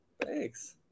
Thanks